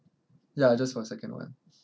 ya just for the second one